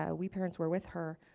ah we parents were with her,